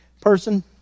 person